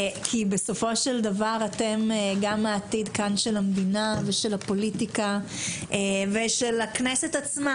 כי בסופו של דבר אתם העתיד של המדינה ושל הפוליטיקה ושל הכנסת עצמה.